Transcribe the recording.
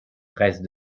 reste